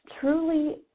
truly